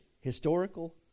historical